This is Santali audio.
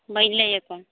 ᱵᱟᱹᱧ ᱞᱟᱹᱭ ᱟᱠᱚᱣᱟ